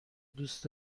دوست